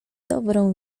dobrą